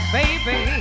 baby